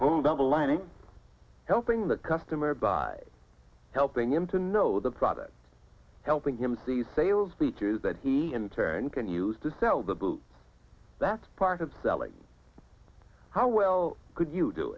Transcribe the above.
phone double lining helping the customer by helping him to know the product helping him see sales features that he in turn can use to sell the booth that's part of selling how well could you do